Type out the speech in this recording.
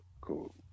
cool